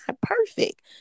perfect